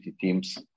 teams